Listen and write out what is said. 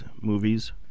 movies